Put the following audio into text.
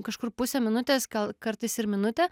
kažkur pusę minutės gal kartais ir minutę